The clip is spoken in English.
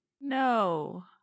No